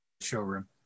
showroom